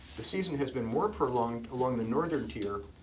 the season has been more prolonged along the northern tier,